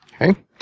Okay